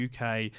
UK